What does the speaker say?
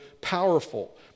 powerful